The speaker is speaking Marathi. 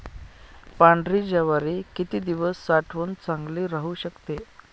पांढरी ज्वारी किती दिवस साठवून चांगली राहू शकते?